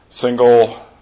single